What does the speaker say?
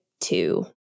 two